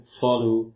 follow